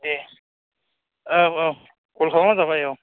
दे औ औ कल खालामब्लानो जाबाय औ